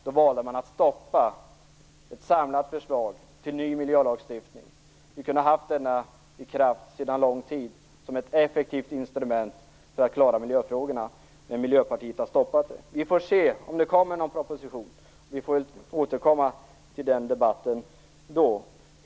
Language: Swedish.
Man valde därför att stoppa ett samlat förslag till en ny miljölagstiftning, som sedan lång tid tillbaka skulle ha kunnat vara i kraft som ett effektivt instrument för att klara miljöfrågorna. Detta stoppade alltså Miljöpartiet. Vi får se om det kommer någon proposition. I så fall får vi väl återkomma till debatten då.